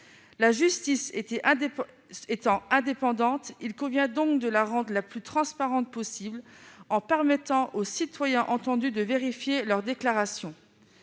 La justice étant indépendante, il convient de la rendre la plus transparente possible, en permettant aux citoyens entendus de vérifier leurs déclarations.